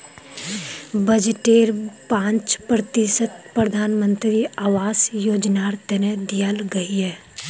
बजटेर पांच प्रतिशत प्रधानमंत्री आवास योजनार तने दियाल गहिये